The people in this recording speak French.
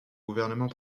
gouvernement